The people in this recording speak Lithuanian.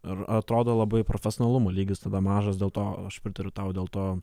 ir atrodo labai profesionalumo lygis tada mažas dėl to aš pritariu tau dėl to